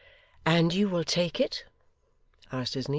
and you will take it asked his niece.